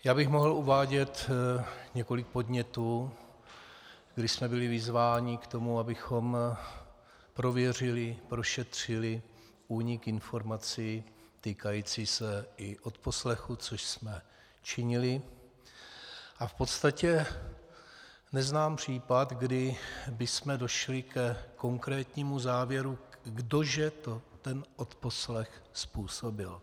Já bych mohl uvádět několik podnětů, kdy jsme byli vyzváni k tomu, abychom prověřili, prošetřili únik informací týkající se i odposlechů, což jsme činili, a v podstatě neznám případ, kdy bychom došli ke konkrétnímu závěru, kdo že to ten odposlech způsobil.